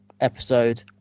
episode